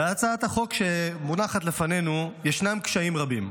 בהצעת החוק שמונחת לפנינו ישנם קשיים רבים.